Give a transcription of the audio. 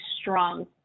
strong